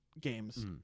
games